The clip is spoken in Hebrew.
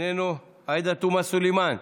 איננו, עאידה תומא סלימאן,